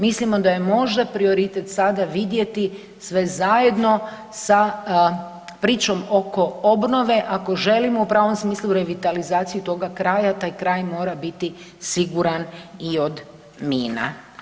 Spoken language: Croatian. Mislimo da je možda prioritet sada vidjeti sve zajedno sa pričom oko obnove ako želimo u pravom smislu revitalizaciju toga kraja, taj kraj mora biti siguran i od mina.